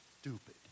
stupid